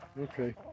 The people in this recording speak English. Okay